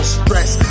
stress